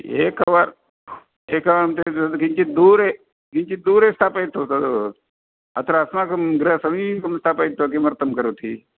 एकवार् एकवारं चेत् तद् किञ्चित् दूरे किञ्चित् दूरे स्थापयतु तद् अत्र अस्माकं गृहसमीपं स्थापयित्वा किमर्थं करोति